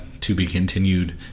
to-be-continued